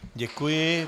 Děkuji.